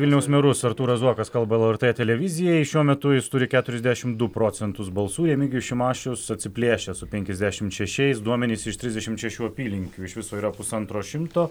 vilniaus merus artūras zuokas kalba lrt televizijai šiuo metu jis turi keturiasdešimt du procentus balsų remigijus šimašius atsiplėšė su penkiasdešimt šešiais duomenys iš trisdešimt šešių apylinkių iš viso yra pusantro šimto